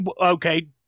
okay